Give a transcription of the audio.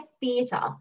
theater